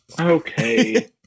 Okay